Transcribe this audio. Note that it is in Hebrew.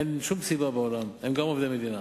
אין שום סיבה בעולם, הם גם עובדי המדינה.